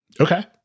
Okay